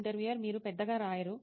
interviewer మీరు పెద్దగా రాయరు